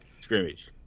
scrimmage